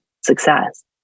success